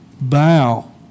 bow